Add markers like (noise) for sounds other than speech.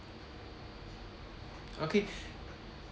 okay (breath)